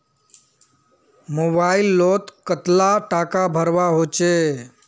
Mobile लोत कतला टाका भरवा होचे?